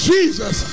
Jesus